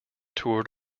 toured